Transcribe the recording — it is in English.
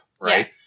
Right